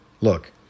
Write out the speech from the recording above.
Look